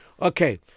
Okay